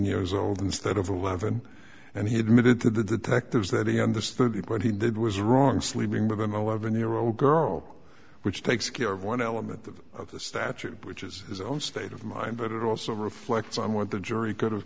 years old instead of eleven and he admitted to the fact is that he understood what he did was wrong sleeping with an eleven year old girl which takes care of one element of of the statute which is his own state of mind but it also reflects on what the jury could have